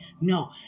No